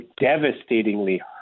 devastatingly